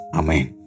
amen